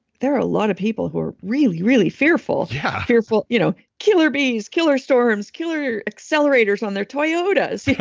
there are a lot of people who are really, really fearful, yeah fearful, you know, killer bees, killer storms, killer accelerators on their toyotas.